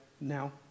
now